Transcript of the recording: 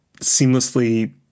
seamlessly